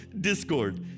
discord